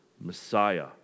Messiah